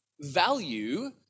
value